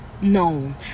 No